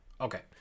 Okay